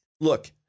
look